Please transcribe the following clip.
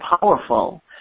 powerful